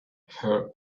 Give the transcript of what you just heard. her